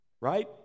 Right